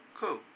cool